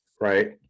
right